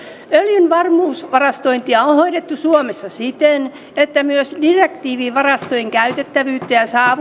öljyn varmuusvarastointia on hoidettu suomessa siten että myös direktiivi varastojen käytettävyyttä